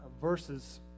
verses